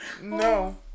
No